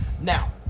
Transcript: Now